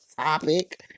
topic